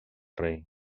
rei